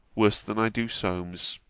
worse than i do solmes.